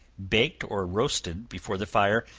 baked or roasted before the fire,